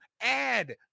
add